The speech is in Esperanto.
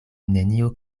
nenio